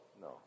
no